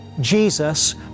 Jesus